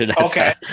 Okay